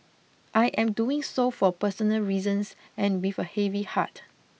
I am doing so for personal reasons and with a heavy heart